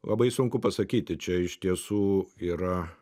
labai sunku pasakyti čia iš tiesų yra